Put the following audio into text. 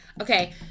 Okay